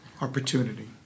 Opportunity